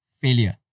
Failure